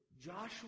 Joshua